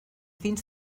fins